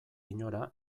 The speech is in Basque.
inora